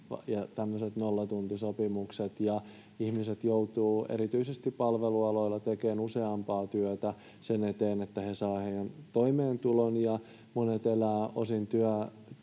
nollatuntisopimukset ja ihmiset joutuvat, erityisesti palvelualoilla, tekemään useampaa työtä sen eteen, että he saavat toimeentulonsa, ja monet elävät osin